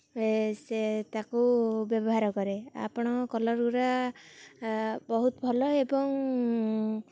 ସେ ତାକୁ ବ୍ୟବହାର କରେ ଆପଣ କଲର୍ଗୁଡ଼ା ବହୁତ ଭଲ ଏବଂ